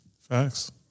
facts